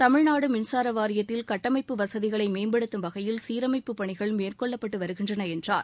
தமிழ்நாடுமின்சாரவாரியத்தில் கட்டமைப்பு வசதிகளைமேம்படுத்தும் வகையில் சீரமைப்பு பணிகள் மேற்கொள்ளப்பட்டுவருகின்றனஎன்றார்